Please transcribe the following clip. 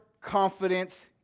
confidence